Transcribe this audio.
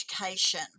education